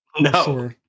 No